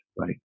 right